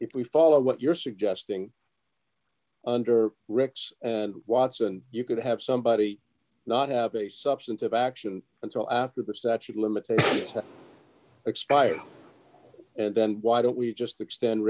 if we follow what you're suggesting under rex and watson you could have somebody not have a substantive action until after the statute of limitations has expired and then why don't we just extend